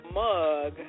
mug